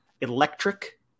electric